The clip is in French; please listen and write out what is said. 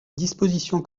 disposition